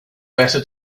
better